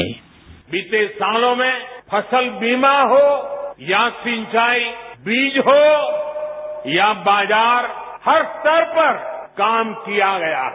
bite बीते सालों में फसल बीमा हो या सिंचाई बीज हो या बाजार हर स्तर पर काम किया गया है